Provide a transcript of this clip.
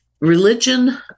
religion